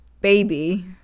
baby